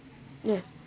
yes